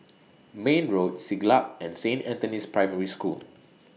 Mayne Road Siglap and Saint Anthony's Primary School